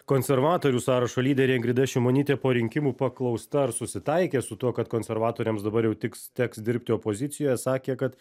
konservatorių sąrašo lyderė ingrida šimonytė po rinkimų paklausta ar susitaikė su tuo kad konservatoriams dabar jau tiks teks dirbti opozicijoje sakė kad